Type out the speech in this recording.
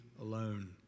alone